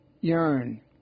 yearn